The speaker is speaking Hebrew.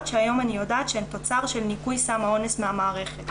שהיום אני יודעת שהן תוצר של ניקוי סם האונס מהמערכת.